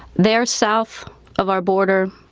they're south of our border.